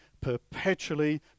perpetually